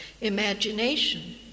imagination